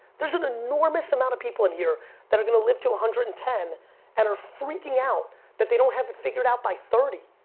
there's an enormous amount of people in here that are gonna live to one ah hundred and ten and are freaking out that they don't have it figured out by thirty.